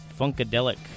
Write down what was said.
Funkadelic